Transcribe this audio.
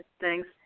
Thanks